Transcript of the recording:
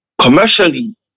commercially